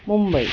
Mumbai